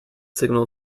signal